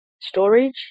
storage